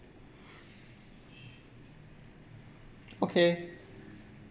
okay